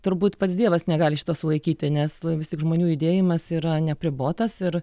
turbūt pats dievas negali šito sulaikyti nes vis tik žmonių judėjimas yra neapribotas ir